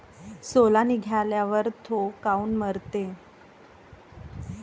सोला निघाल्यावर थो काऊन मरते?